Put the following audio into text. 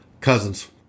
Cousins